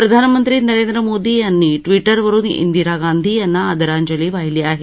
प्रधानमंत्री नरेंद्र मोदी यांनी टविटरवरुन इंदिरा गांधी यांना आदरांजली वाहिली आहे